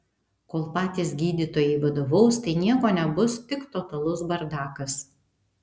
kol patys gydytojai vadovaus tai nieko nebus tik totalus bardakas